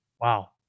wow